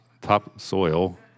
topsoil